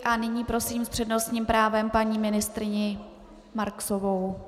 A nyní prosím s přednostním právem paní ministryni Marksovou.